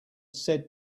said